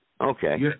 Okay